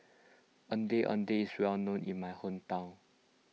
Ondeh Ondeh is well known in my hometown